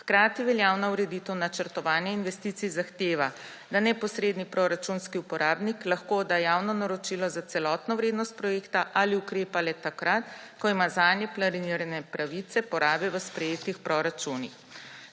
Hkrati veljavna ureditev načrtovanja investicij zahteva, da neposredni proračunski uporabnik lahko da javno naročilo za celotno vrednost projekta ali ukrepa le takrat, ko ima zanje planirane pravice porabe v sprejetih proračunih.